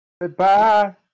Goodbye